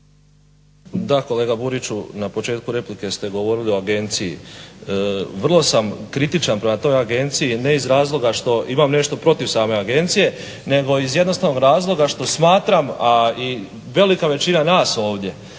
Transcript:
Da kolega Buriću, na početku replike ste govorili o agenciji. Vrlo sam kritičan prema toj agenciji ne iz razloga što imam nešto protiv same agencije nego iz jednostavnog razloga što smatram a i velika većina nas ovdje